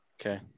Okay